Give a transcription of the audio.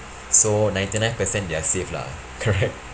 so ninety nine percent they are safe lah correct